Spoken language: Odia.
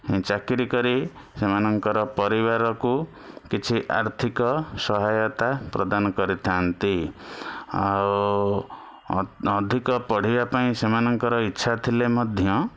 ଚାକିରୀ କରି ସେମାନଙ୍କର ପରିବାରକୁ କିଛି ଆର୍ଥିକ ସହାୟତା ପ୍ରଦାନ କରିଥାନ୍ତି ଆଉ ଅଧିକ ପଢ଼ିବା ପାଇଁ ସେମାନଙ୍କର ଇଚ୍ଛା ଥିଲେ ମଧ୍ୟ